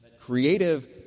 creative